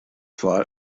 far